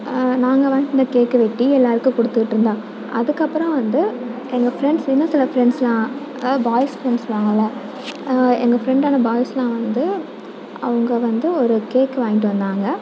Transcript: நாங்கள் வாங்கிட்டு வந்த கேக்கை வெட்டி எல்லாேருக்கும் கொடுத்துக்கிட்ருந்தா அதுக்கப்புறம் வந்து எங்கள் ஃப்ரெண்ட்ஸ் இன்னும் சில ஃப்ரெண்ட்ஸ்யெலாம் அதாவது பாய்ஸ் ஃப்ரெண்ட்ஸ் சொல்லுவாங்கள்ல எங்கள் ஃப்ரெண்டு ஆனால் பாய்ஸ்யெலாம் வந்து அவங்க வந்து ஒரு கேக்கு வாங்கிட்டு வந்தாங்க